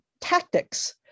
tactics